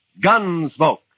Gunsmoke